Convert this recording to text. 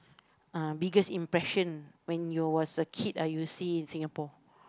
uh biggest impression when you was a kid ah you see in Singapore